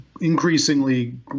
increasingly